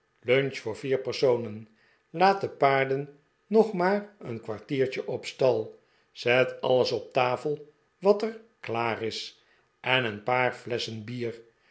lunch voor vier personen laat de paarden nog maar een kwartiertje op stal zet alles op tafel wat er klaar is en een paar flesschen bier